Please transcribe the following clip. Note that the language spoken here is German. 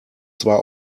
zwar